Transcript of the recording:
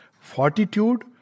fortitude